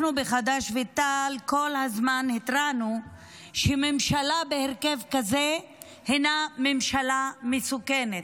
אנחנו בחד"ש ותע"ל כל הזמן התרענו שממשלה בהרכב כזה היא ממשלה מסוכנת,